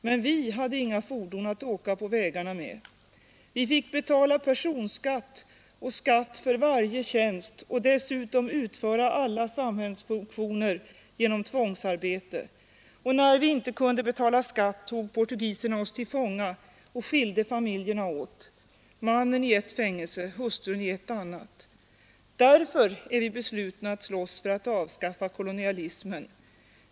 Men vi hade inga fordon att åka på vägarna med. Vi fick betala personskatt och skatt för varje tjänst och dessutom utföra alla samhällsfunktioner genom tvångsarbete. När vi inte kunde betala skatt, tog portugiserna oss till fånga och skilde familjerna åt — mannen i ett fängelse, hustrun i ett annat. Därför är vi beslutna att slåss för att avskaffa kolonialismen.